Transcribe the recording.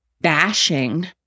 bashing